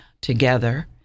together